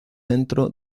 centro